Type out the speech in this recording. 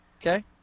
Okay